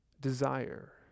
desire